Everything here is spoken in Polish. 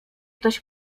ktoś